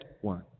one